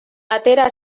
atera